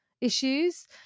issues